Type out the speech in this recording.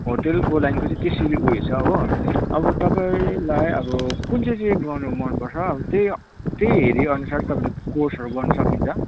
होटलको लाइनको चाहिँ त्यसरी उयो छ हो अब तपाईँलाई अब कुन चाहिँ चाहिँ गर्नु मनपर्छ अब त्यही त्यही हेरी अनुसार तपाईँले कोर्सहरू गर्नु सकिन्छ